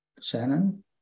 Shannon